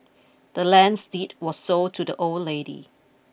the land's deed were sold to the old lady